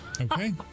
Okay